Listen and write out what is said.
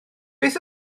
beth